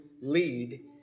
lead